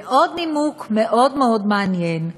ועוד נימוק מאוד מעניין,